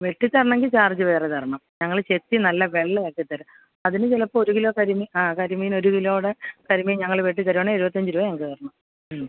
വെട്ടി തരണമെങ്കിൽ ചാർജ് വേറെ തരണം ഞങ്ങൾ ചെത്തി നല്ല വെള്ളയാക്കി തരും അതിന് ചിലപ്പോൾ ഒരു കിലോ കരിമീൻ ആ കരിമീൻ ഒരു കിലോയുടെ കരിമീൻ ഞങ്ങൾ വെട്ടി തരികയാണെങ്കിൽ എഴുപത്തി അഞ്ച് രൂപ ഞങ്ങൾക്ക് തരണം